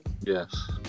Yes